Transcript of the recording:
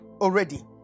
already